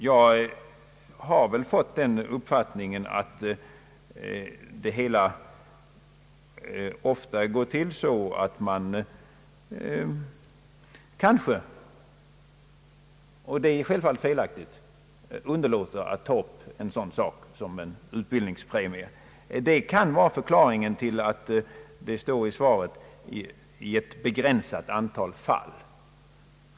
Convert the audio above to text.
Jag har fått den uppfattningen att ungdomarna ganska ofta underlåter att ta upp en sådan sak som en utbildningspremie. Det är självfallet felaktigt handlat, men det kan vara förklaringen till att det rör sig om »ett begränsat antal fall», som det står i svaret.